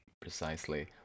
precisely